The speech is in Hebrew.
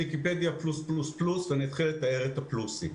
ויקיפדיה פלוס-פלוס-פלוס עכשיו אני אתחיל לתאר את הפלוסים.